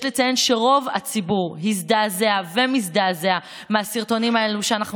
יש לציין שרוב הציבור הזדעזע ומזדעזע מהסרטונים האלו שאנחנו